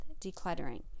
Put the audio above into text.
decluttering